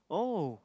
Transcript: oh